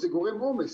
זה גורם עומס,